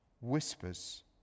whispers